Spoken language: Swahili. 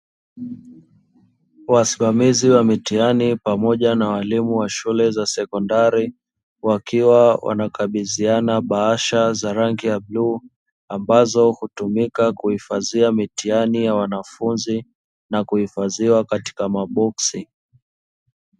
Wasimamizi wa mitihani pamoja na walimu wa shule za sekondari wakiwa wanakabidhiana bahasha za rangi ya bluu, ambazo hutumika kuhifadhia mitihani ya wanafunzi na kuhifadhiwa katika maboksi.